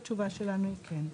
והתשובה שלנו היא כן.